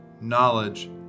knowledge